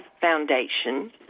foundation